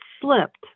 slipped